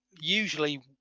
usually